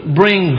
bring